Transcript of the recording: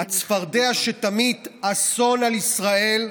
הצפרדע שתמיט אסון על ישראל: